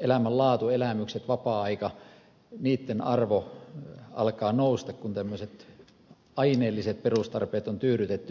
elämänlaatu elämykset vapaa aika niitten arvo alkaa nousta kun aineelliset perustarpeet on tyydytetty